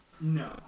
No